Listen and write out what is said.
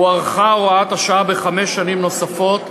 הוארכה הוראת השעה בחמש שנים נוספות,